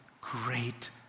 great